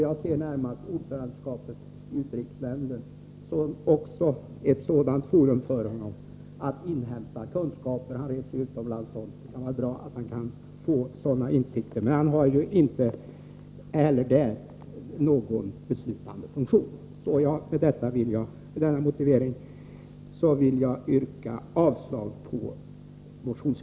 Jag ser ordförandeskapet i utrikesnämnden närmast som ett forum för kungen när han skall inhämta kunskaper, bl.a. inför resor utomlands. Men kungen har inte heller i utrikesnämnden någon beslutande funktion. Med denna motivering vill jag yrka avslag på motionen.